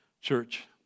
church